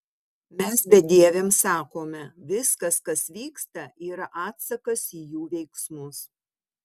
mes bedieviams sakome viskas kas vyksta yra atsakas į jų veiksmus